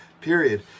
period